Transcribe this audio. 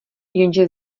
jenže